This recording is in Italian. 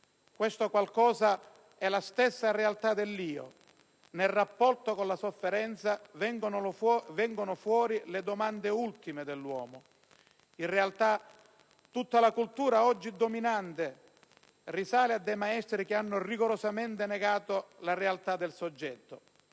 Questo qualcosa è la stessa realtà dell'io. Nel rapporto con la sofferenza vengono fuori le domande ultime dell'uomo. In realtà, tutta la cultura oggi dominante risale a maestri che hanno rigorosamente negato la realtà del soggetto.